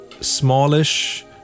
smallish